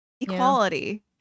Equality